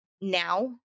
now